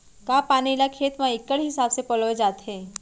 का पानी ला खेत म इक्कड़ हिसाब से पलोय जाथे?